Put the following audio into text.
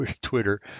Twitter